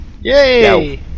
Yay